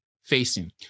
facing